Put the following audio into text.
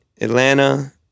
Atlanta